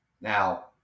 Now